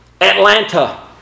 Atlanta